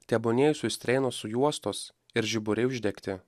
tebūnie jūsų strėnos sujuostos ir žiburiai uždegti